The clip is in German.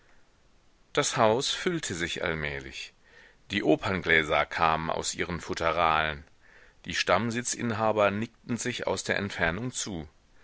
das haus füllte sich allmählich die operngläser kamen aus ihren futteralen die stammsitzinhaber nickten sich aus der entfernung zu